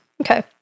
okay